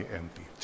empty